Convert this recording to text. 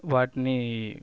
వాటిని